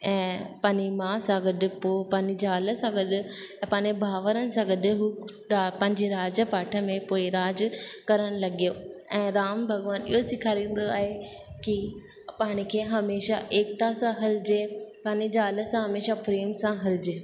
ऐं पंहिंजी माउ सां गॾु पोइ पंहिंजी ज़ाल सां गॾु ऐं पंहिंजे भाउरनि सां गॾु हू रा पंहिंजे राज पाठ में पोइ राज करणु लॻियो ऐं राम भॻवानु इहो सेखारींदो आहे की पाण खे हमेशा एकता सां हलिजे पंहिंजी ज़ाल सां हमेशा प्रेम सां हलिजे